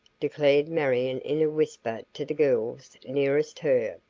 declared marion in a whisper to the girls nearest her.